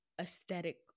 aesthetic